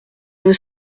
veux